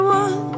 one